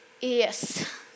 Yes